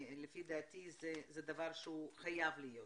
לפי דעתי זה דבר שהוא חייב להיות.